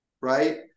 right